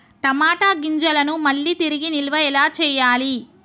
టమాట గింజలను మళ్ళీ తిరిగి నిల్వ ఎలా చేయాలి?